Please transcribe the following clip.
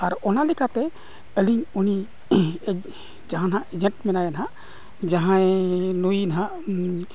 ᱟᱨ ᱚᱱᱟ ᱞᱮᱠᱟᱛᱮ ᱟᱹᱞᱤᱧ ᱩᱱᱤ ᱡᱟᱦᱟᱸ ᱦᱟᱸᱜ ᱮᱡᱮᱱᱴ ᱢᱮᱱᱟᱭᱟ ᱦᱟᱸᱜ ᱡᱟᱦᱟᱸᱭ ᱱᱩᱭ ᱦᱟᱸᱜ